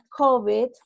COVID